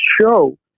show